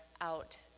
out